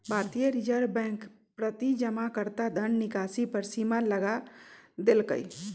भारतीय रिजर्व बैंक प्रति जमाकर्ता धन निकासी पर सीमा लगा देलकइ